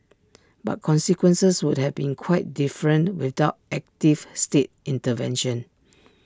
but consequences would have been quite different without active state intervention